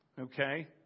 Okay